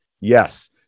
Yes